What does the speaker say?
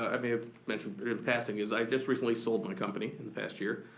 i may have mentioned but in passing is, i just recently sold my company in the past year.